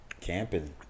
camping